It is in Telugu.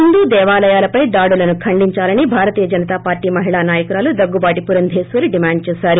హిందూ దేవాలయాలపై దాడులను ఖండించాలని భారతీయ జనతా పార్షీ మహిళా నాయకురాలు దగ్గుబాటి పురంధేశ్వరి డిమాండ్ చేశారు